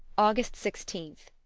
august sixteenth.